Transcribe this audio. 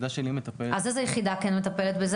איזו יחידה כן מטפלת?